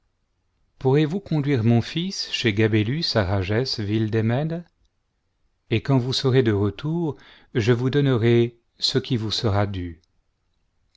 dit pourrez-voub conduire mon fils chez gabélusà rages ville des mèdes et quand vous serez de retour je vous donnerai ce qui vous sera dû